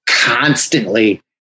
constantly